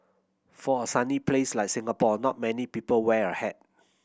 for a sunny place like Singapore not many people wear a hat